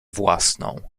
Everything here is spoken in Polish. własną